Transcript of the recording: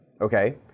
okay